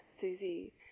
susie